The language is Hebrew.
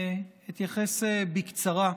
אתייחס בקצרה.